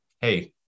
hey